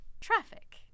Traffic